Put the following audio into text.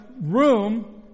room